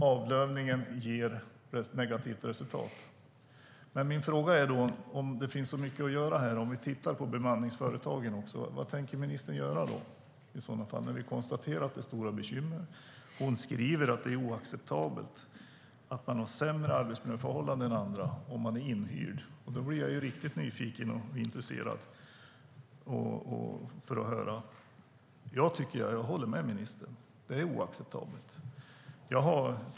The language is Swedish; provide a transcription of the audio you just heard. Avlövningen ger alltså negativt resultat. Min fråga är dock om det finns så mycket att göra här. Om vi tittar på bemanningsföretagen också, vad tänker ministern göra? Vi har ju konstaterat att det är stora bekymmer. Hon skriver att det är oacceptabelt att man har sämre arbetsmiljöförhållanden än andra om man är inhyrd. Då blir jag riktigt nyfiken och intresserad. Jag håller med ministern. Det är oacceptabelt.